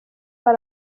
hari